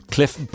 Cliff